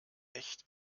echt